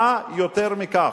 מה יותר מכך?